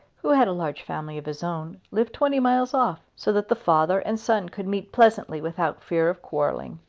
who had a large family of his own, lived twenty miles off so that the father and son could meet pleasantly without fear of quarrelling.